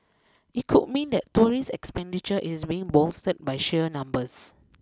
it could mean that tourist expenditure is being bolstered by sheer numbers